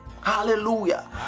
Hallelujah